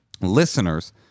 listeners